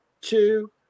two